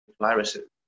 viruses